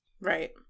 Right